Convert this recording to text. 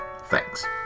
Thanks